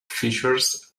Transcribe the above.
features